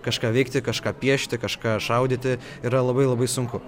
kažką veikti kažką piešti kažką šaudyti yra labai labai sunku